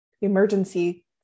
emergency